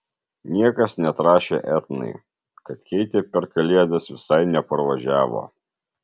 niekas neatrašė etnai kad keitė per kalėdas visai neparvažiavo